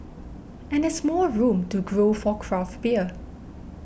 and there's more room to grow for craft beer